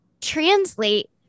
translate